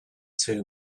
two